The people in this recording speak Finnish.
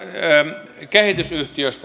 tästä kehitysyhtiöstä